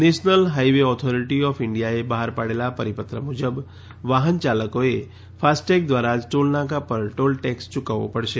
national highway authority of ઇન્ડિયાએ બહાર પાડેલા પરિપત્ર મુજબ વાહન ચાલકોએ ફાસ્ટટેગ દ્વારા જ ટોલનાકા પર ટોલ ટેક્સ યૂકવવો પડશે